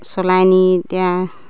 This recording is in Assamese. চলাই নি এতিয়া